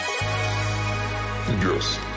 Yes